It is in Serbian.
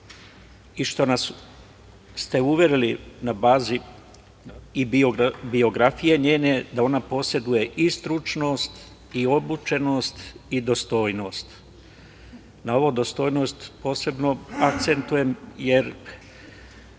i što ste nas uverili na bazi i biografije njene da ona poseduje i stručnost i obučenost i dostojnost. Na ovo dostojnost posebno, akcentujem jer